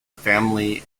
family